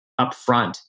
upfront